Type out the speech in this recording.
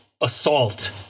assault